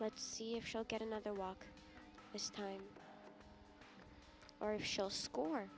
let's see if she'll get another walk this time or she'll score